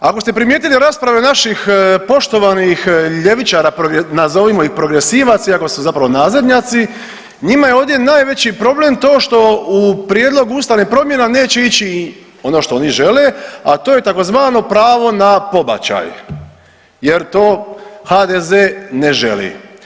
Ako ste primijetili u raspravi naših poštovanih ljevičara, nazovimo ih progresivaca, iako su zapravo nazadnjaci, njima je ovdje najveći problem to što u Prijedlogu ustavnih promjena neće ići i ono što oni žele, a to je tzv. pravo na pobačaj jer to HDZ ne želi.